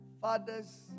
Fathers